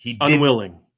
Unwilling